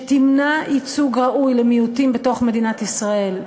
שתמנע ייצוג ראוי למיעוטים בתוך מדינת ישראל,